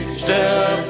step